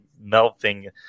melting